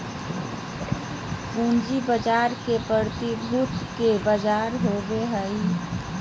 पूँजी बाजार प्रतिभूति के बजार होबा हइ